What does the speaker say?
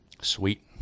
Sweet